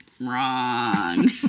Wrong